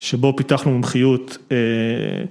שבו פיתחנו מומחיות...